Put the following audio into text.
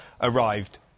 arrived